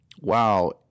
wow